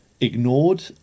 ignored